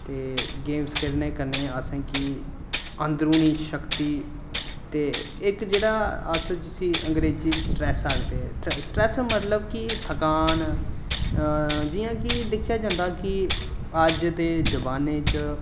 ते गेम्स खेढने कन्नै असें गी अंदरूनी शक्ति ते इक जेह्ड़ा अस जिस्सी अंग्रेजी च स्ट्रैस्स आखदे स्ट्रैस्स मतलब कि थकान जि'यां कि दिक्खेआ जंदा कि अज्ज दे जोआनें च